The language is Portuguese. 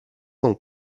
são